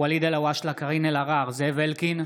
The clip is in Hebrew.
ואליד אלהואשלה ; קארין אלהרר, זאב אלקין,